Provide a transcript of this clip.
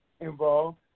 involved